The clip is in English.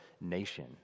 nation